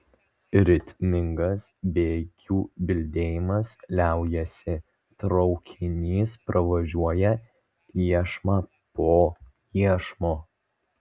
ritmingas bėgių bildėjimas liaujasi traukinys pravažiuoja iešmą po iešmo